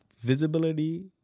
Visibility